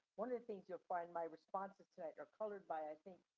one of the things you'll find my responses to that are colored by i think,